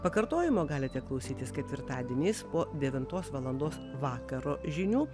pakartojimo galite klausytis ketvirtadieniais po devintos valandos vakaro žinių